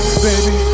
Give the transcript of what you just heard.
baby